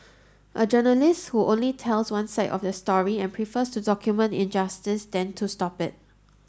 a journalist who only tells one side of the story and prefers to document injustice than to stop it